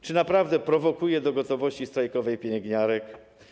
Czy naprawdę prowokuje do gotowości strajkowej pielęgniarek?